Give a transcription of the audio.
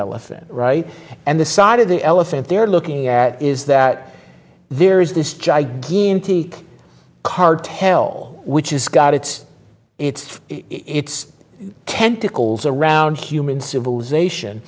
elephant right and the side of the elephant they're looking at is that there is this gigantic cartel which is got its its its tentacles around human civilization